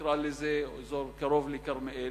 נקרא לזה אזור קרוב לכרמיאל,